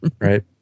Right